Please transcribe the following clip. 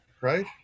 right